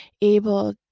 able